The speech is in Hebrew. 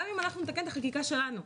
גם אם נתקן את החקיקה שלנו,